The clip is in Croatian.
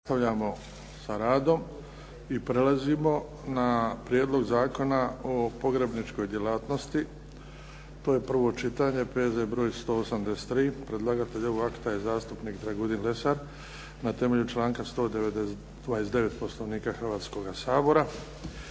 Nastavljamo sa radom i prelazimo na - Prijedlog zakona o pogrebničkoj djelatnosti, prvo čitanje, P.Z. br. 183 Predlagatelj: zastupnik Dragutin Lesar Na temelju članka 129. Poslovnika Hrvatskoga sabora